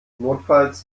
notfalls